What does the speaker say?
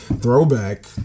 Throwback